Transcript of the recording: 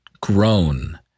grown